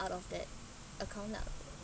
out of that account lah